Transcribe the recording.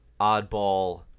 oddball